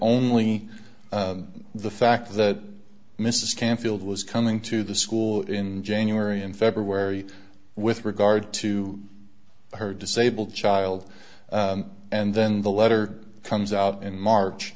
only the fact that mrs canfield was coming to the school in january and february with regard to her disabled child and then the letter comes out in march